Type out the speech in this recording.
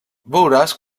veuràs